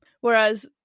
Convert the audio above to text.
whereas